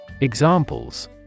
Examples